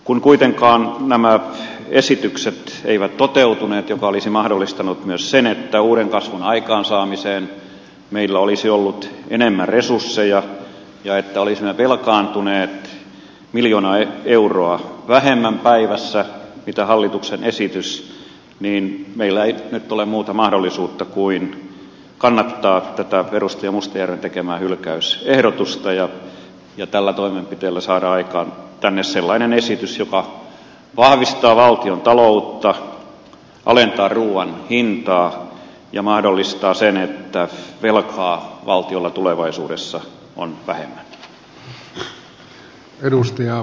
kun kuitenkaan nämä esitykset eivät toteutuneet mikä olisi mahdollistanut myös sen että uuden kasvun aikaansaamiseen meillä olisi ollut enemmän resursseja ja että olisimme velkaantuneet miljoona euroa vähemmän päivässä mitä hallituksen esitys niin meillä ei nyt ole muuta mahdollisuutta kuin kannattaa edustaja mustajärven tekemää hylkäysehdotusta ja tällä toimenpiteellä saada aikaan tänne sellainen esitys joka vahvistaa valtion taloutta alentaa ruuan hintaa ja mahdollistaa sen että velkaa valtiolla tulevaisuudessa on vähemmän